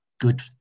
good